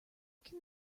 can